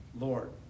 Lord